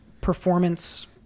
performance